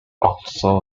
also